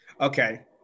Okay